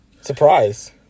Surprise